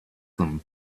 them